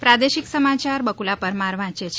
પ્રાદેશિક સમાચાર બકુલા પરમાર વાંચે છે